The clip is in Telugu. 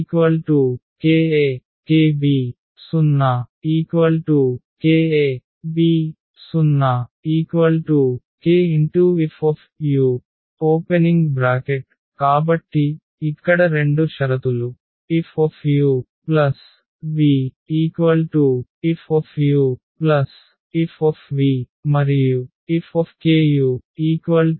FkuFkakbkc kakb0 kab0 kF కాబట్టి ఇక్కడ రెండు షరతులు Fu v F F మరియు F k F